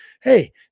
Hey